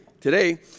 today